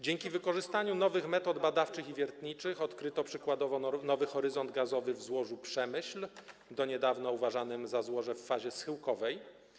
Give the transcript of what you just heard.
Dzięki wykorzystaniu nowych metod badawczych i wiertniczych odkryto przykładowo nowy horyzont gazowy w złożu Przemyśl, do niedawna uważanym za złoże w fazie schyłkowej.